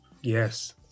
yes